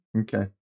Okay